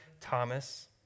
Thomas